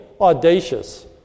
audacious